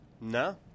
No